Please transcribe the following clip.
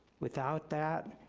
without that,